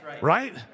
Right